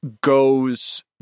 goes